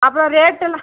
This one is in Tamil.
அப்புறம் ரேட்டுலாம்